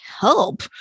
help